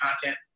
content